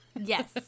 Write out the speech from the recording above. Yes